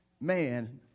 man